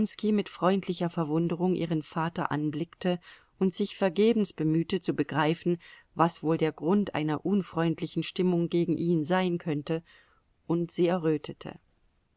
mit freundlicher verwunderung ihren vater anblickte und sich vergebens bemühte zu begreifen was wohl der grund einer unfreundlichen stimmung gegen ihn sein könne und sie errötete